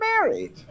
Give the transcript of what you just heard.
married